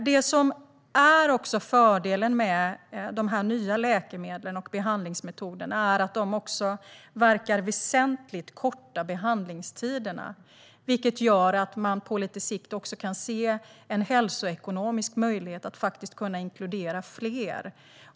Det som är fördelen med de här nya läkemedlen och behandlingsmetoderna är att de också verkar korta behandlingstiderna väsentligt, vilket gör att man på sikt också kan se en hälsoekonomisk möjlighet att faktiskt kunna inkludera fler.